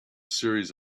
series